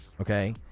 okay